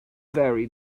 very